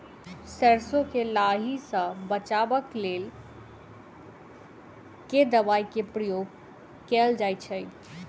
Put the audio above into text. सैरसो केँ लाही सऽ बचाब केँ लेल केँ दवाई केँ प्रयोग कैल जाएँ छैय?